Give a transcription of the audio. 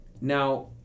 Now